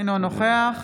אינו נוכח